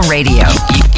Radio